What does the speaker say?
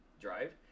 drive